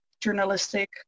journalistic